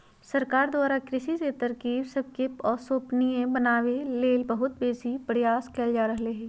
सरकार द्वारा कृषि के तरकिब सबके संपोषणीय बनाबे लेल बहुत बेशी प्रयास कएल जा रहल हइ